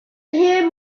hear